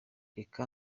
reka